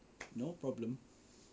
no problem